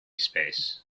space